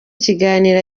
kiganiro